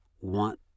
want